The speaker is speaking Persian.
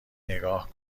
نگاه